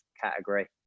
category